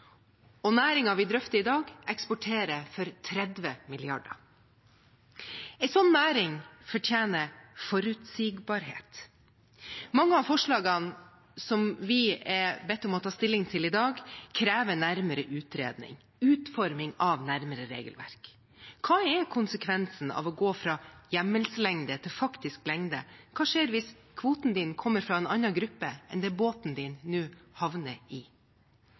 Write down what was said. og næringen vi drøfter i dag, eksporterer for 30 mrd. kr. En sånn næring fortjener forutsigbarhet. Mange av forslagene som vi er bedt om å ta stilling til i dag, krever nærmere utredning, nærmere utforming av regelverk. Hva er konsekvensen av å gå fra hjemmelslengde til faktisk lengde? Hva skjer hvis kvoten din kommer fra en annen gruppe enn den båten din nå havner i?